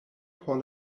por